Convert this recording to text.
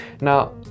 now